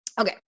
okay